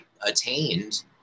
attained